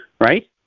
right